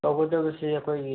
ꯇꯧꯒꯗꯕꯁꯦ ꯑꯩꯈꯣꯏꯒꯤ